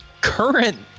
current